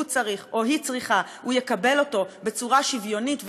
צריך או היא צריכה הם יקבלו אותם בצורה שוויונית והוגנת,